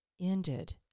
ended